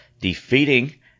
defeating –